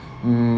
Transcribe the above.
hmm